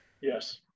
yes